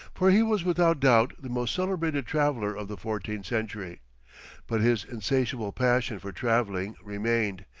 for he was without doubt the most celebrated traveller of the fourteenth century but his insatiable passion for travelling remained,